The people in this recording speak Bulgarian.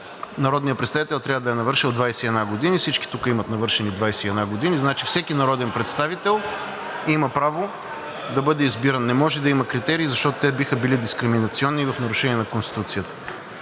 народният представител трябва да е навършил 21 години. Всички тук имат навършени 21 години, значи всеки народен представител има право да бъде избран. Не може да има критерии, защото те биха били дискриминационни и в нарушение на Конституцията.